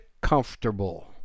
comfortable